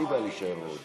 כשהיו המפא"יניקים בשלטון